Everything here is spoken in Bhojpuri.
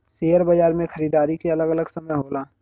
सेअर बाजार मे खरीदारी के अलग अलग समय होला